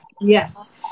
Yes